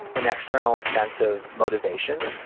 an external sense of motivation,